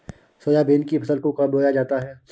Soybean की फसल को कब बोया जाता है?